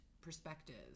perspectives